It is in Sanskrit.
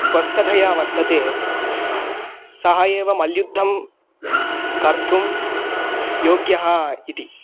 स्वस्थतया वर्तते सः एव मल्युद्धं कर्तुं योग्यः इति